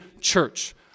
church